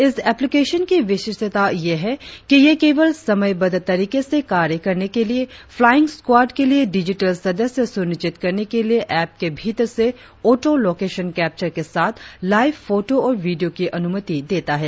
इस एप्लिकेशन की विशिष्टता यह है कि यह केवल समयबद्ध तरीके से कार्य करने के लिए फ्लाइन स्क्वाड के लिए डिजिटल सदस्य सुनिश्चित करने के लिए एप के भीतर से ऑटो लोकेशन कैप्चर के साथ लाइव फोटो और वीडियो की अन्मति देता है